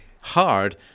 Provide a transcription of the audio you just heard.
hard